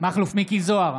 מכלוף מיקי זוהר,